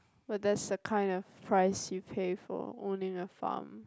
what does the kind of price you pay for owning a farm